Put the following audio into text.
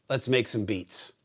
let's make some beats.